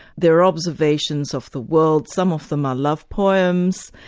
they're observations of the world some of them are love poems,